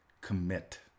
commit